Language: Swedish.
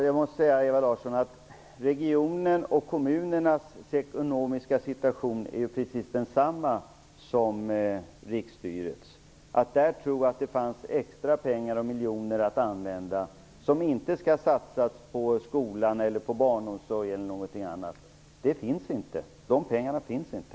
Herr talman! Regionen och kommunernas ekonomiska situation är precis densamma som riksstyrets. Det är fel att tro att det där finns extra miljoner att använda som inte skall satsas på skolan, barnomsorgen eller någonting annat. De pengarna finns inte!